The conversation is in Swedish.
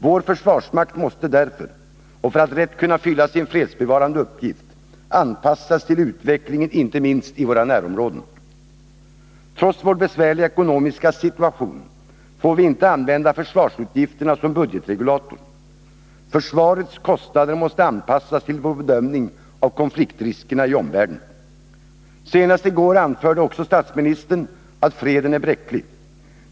Vår försvarsmakt måste därför — och för att rätt kunna fylla sin fredsbevarande uppgift — anpassas till utvecklingen inte minst i våra närområden. Trots vår besvärliga ekonomiska situation får vi inte använda försvarsutgifterna som en budgetregulator — försvarets kostnader måste anpassas till vår bedömning av konfliktriskerna i omvärlden. Senast i går anförde också statsministern att freden är bräcklig.